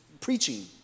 preaching